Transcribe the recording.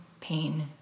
pain